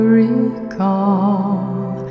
recall